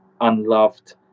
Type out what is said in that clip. unloved